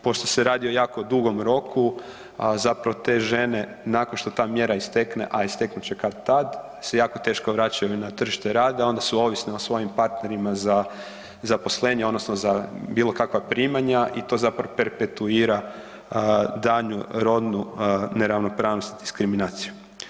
Pošto se radi o jako dugom roku, a zapravo te žene nakon što ta mjera istekne, a isteknut će kad-tad se jako teško vraćaju na tržište rada, onda su ovisne o svojim partnerima za zaposlenje odnosno za bilo kakva primanja i to zapravo perpetuira daljnju rodnu neravnopravnost i diskriminaciju.